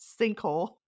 sinkhole